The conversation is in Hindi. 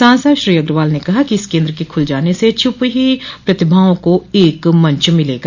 सांसद श्री अग्रवाल ने कहा कि इस केन्द्र के खुल जाने से छुपी हुई प्रतिभाओं को एक मंच मिलेगा